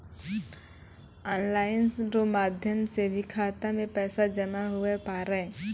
online रो माध्यम से भी खाता मे पैसा जमा हुवै पारै